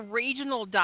regional